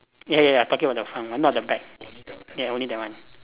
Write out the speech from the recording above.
ya ya ya talking about the front one not the back ya only that one